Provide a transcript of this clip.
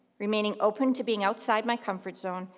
remaining open to being outside my comfort zone,